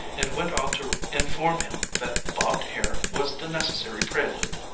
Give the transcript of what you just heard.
and went on to inform him that bobbed hair was the necessary prelude.